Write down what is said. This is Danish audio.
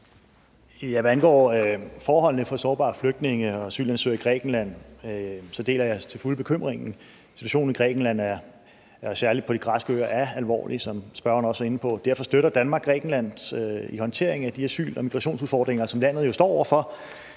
Hvad angår forholdene for sårbare flygtninge og asylansøgere i Grækenland, deler jeg til fulde bekymringen. Situationen i Grækenland og særlig på de græske øer er alvorlig, som spørgeren også er inde på. Derfor støtter Danmark Grækenlands håndtering af de asyl- og migrationsudfordringer, som landet jo står over for.